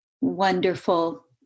wonderful